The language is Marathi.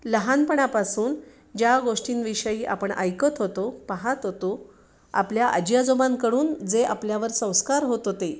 लहानपणापासून ज्या गोष्टींविषयी आपण ऐकत होतो पाहात होतो आपल्या आजी आजोबांकडून जे आपल्यावर संस्कार होत होते